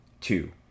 two